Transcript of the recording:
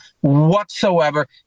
whatsoever